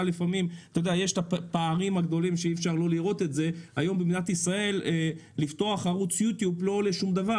לפתוח היום במדינת ישראל ערוץ יוטיוב לא עולה שום דבר,